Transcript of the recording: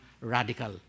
radical